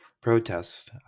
protest